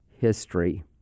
history